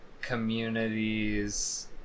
communities